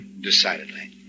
Decidedly